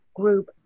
Group